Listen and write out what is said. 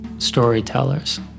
Storytellers